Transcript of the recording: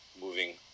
moving